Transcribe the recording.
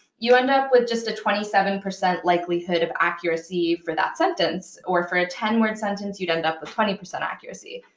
you end up with just a twenty seven percent likelihood of accuracy for that sentence, or for a ten word sentence, you'd end up with twenty percent accuracy.